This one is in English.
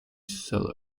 sell